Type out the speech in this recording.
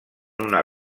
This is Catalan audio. una